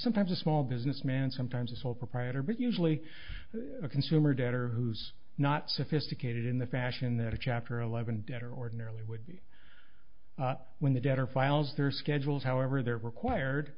sometimes a small businessman sometimes a sole proprietor but usually a consumer debtor who's not sophisticated in the fashion that a chapter eleven debtor ordinarily would be when the debtor files their schedules however they're required